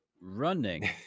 Running